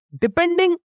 depending